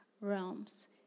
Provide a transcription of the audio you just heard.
realms